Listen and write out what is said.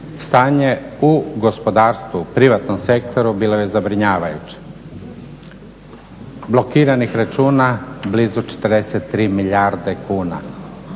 stanje u gospodarstvu privatnom sektoru bilo je zabrinjavajuće, blokiranih računa blizu 43 milijarde kuna.